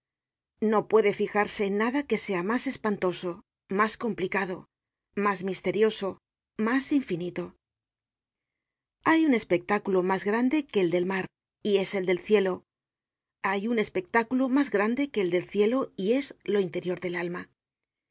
no puede fijarse en nada que sea mas espantoso mas complicado mas misterioso mas infinito hay un espectáculo mas grande que el del mar y es el del cielo hay un espectáculo mas grande que el del cielo y es lo interior del alma